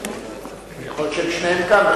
יכול להיות ששניהם כאן.